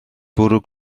bwrw